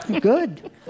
Good